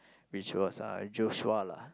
which was uh Joshua lah